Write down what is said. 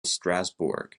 strasbourg